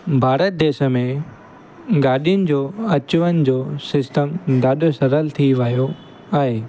भारत देश में गाॾियुनि जो अचु वञ जो सिस्टम ॾाढो सरल थी वियो आहे